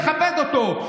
נכבד אותו,